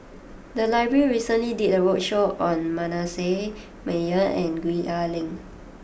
the library recently did a roadshow on Manasseh Meyer and Gwee Ah Leng